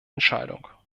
entscheidung